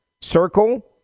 circle